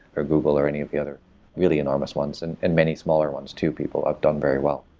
or google, or any of the other really enormous ones, and and many smaller ones too, people have done very well.